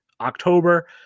October